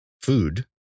food